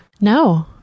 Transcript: No